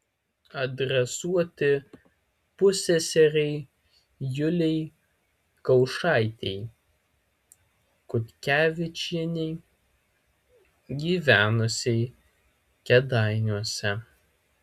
adresuoti pusseserei julei kaušaitei kutkevičienei gyvenusiai kėdainiuose